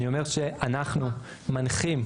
אני אומר שאנחנו מנחים,